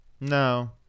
No